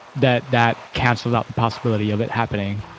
that that cancels out the possibility of it happening.